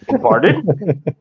Pardon